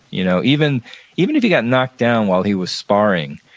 you know even even if he got knocked down while he was sparring,